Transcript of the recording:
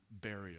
burial